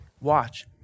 Watch